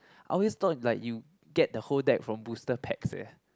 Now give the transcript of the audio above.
I always thought like you get the whole deck from booster packs eh